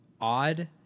odd